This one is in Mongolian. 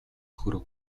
хүрэв